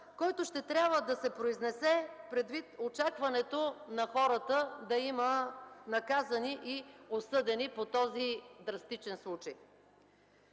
който ще трябва да се произнесе предвид очакването на хората да има наказани и осъдени по този драстичен случай!